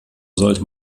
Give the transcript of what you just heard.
sollte